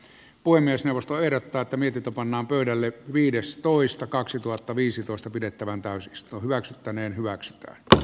puhemiesneuvosto ehdottaa että mitita pannaan pöydälle viides toista kaksituhattaviisitoista pidettävän täyspsto hyväksyttäneen hyväks bl